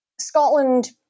Scotland